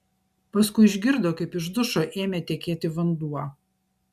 paskui išgirdo kaip iš dušo ėmė tekėti vanduo